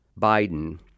Biden